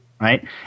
Right